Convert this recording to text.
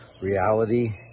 reality